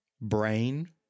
brain